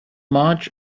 march